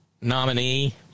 nominee